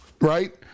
right